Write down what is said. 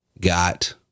got